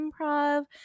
improv